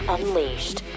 Unleashed